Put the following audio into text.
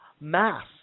mass